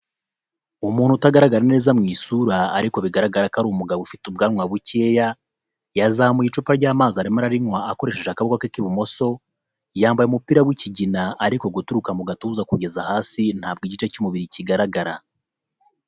Umuntu utagaragara neza mu isura ariko bigaragara ko ari umugabo ufite ubwanwa bukeya, yazamuye icupa ry'amazi arimo ararinywa akoresheje akaboko ke k'ibumoso, yambaye umupira w'ikigina ariko guturuka mu gatuza kugeza hasi ntabwo igice cy'umubiri kigaragara.